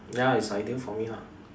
ya it's ideal for me lah